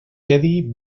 quedi